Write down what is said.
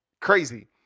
crazy